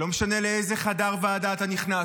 לא משנה לאיזה חדר ועדה אתה נכנס,